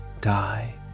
die